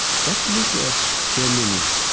just look at germany.